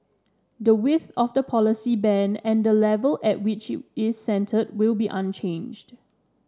the width of the policy band and the level at which is centred will be unchanged